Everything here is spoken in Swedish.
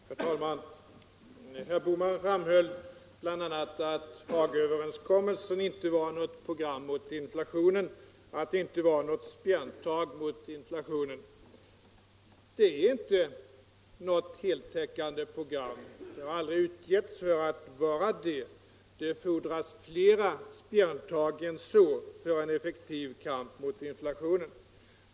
Herr talman! Herr Bohman framhöll bl.a. att Hagaöverenskommelsen inte var något program mot inflationen — att det inte var något spjärntag mot inflationen. Det är inte något heltäckande program och har aldrig utgetts för att vara det. Det fordras fler spjärntag än så för en effektiv kamp mot inflationen.